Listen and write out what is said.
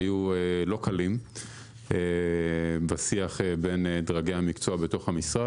שהסבבים היו לא קלים בשיח בין דרגי המקצועי בתוך המשרד,